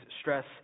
stress